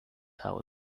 how